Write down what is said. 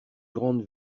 grande